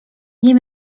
nie